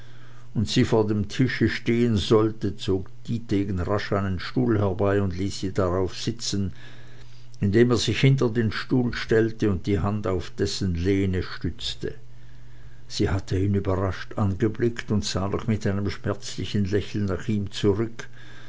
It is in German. und sie vor dem tische stehen sollte zog dietegen rasch einen stuhl herbei und ließ sie darauf sitzen indem er sich hinter den stuhl stellte und die hand auf dessen lehne stützte sie hatte ihn überrascht angeblickt und sah noch mit einem schmerzlichen lächeln nach ihm zurück